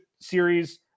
series